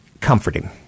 comforting